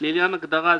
לעניין הגדרה זו,